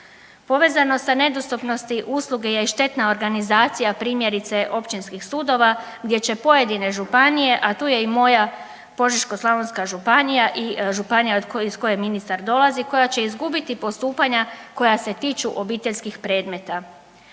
Povezano sa nedostupnosti usluge je i štetna organizacija primjerice općinskih sudova, gdje će pojedine županije, a tu je i moja Požeško-slavonska županija i županija iz koje ministar dolazi koja će izgubiti postupanja koja se tiču obiteljskih predmeta.